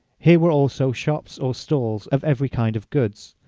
here were also shops or stalls of every kind of goods,